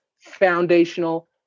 foundational